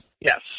Yes